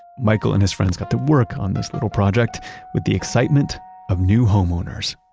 michael and his friends got to work on this little project with the excitement of new homeowners.